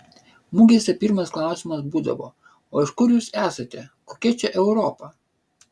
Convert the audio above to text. mugėse pirmas klausimas būdavo o iš kur jūs esate kokia čia europa